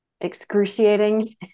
excruciating